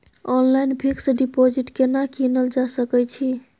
Online fix deposit केना कीनल जा सकै छी?